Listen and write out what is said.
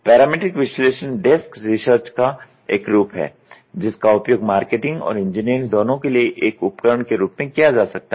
parametric विश्लेषण desk research का एक रूप है जिसका उपयोग मार्केटिंग और इंजीनियरिंग दोनों के लिए एक उपकरण के रूप में किया जा सकता है